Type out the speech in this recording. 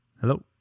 Hello